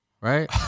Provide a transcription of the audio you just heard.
Right